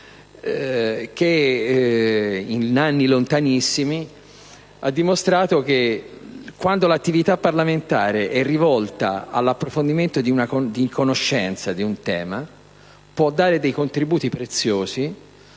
che in anni lontanissimi ha dimostrato che quando l'attività parlamentare è rivolta all'approfondimento della conoscenza di un tema può dare contributi preziosi,